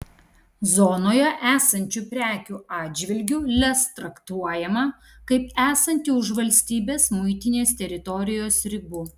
zonoje esančių prekių atžvilgiu lez traktuojama kaip esanti už valstybės muitinės teritorijos ribų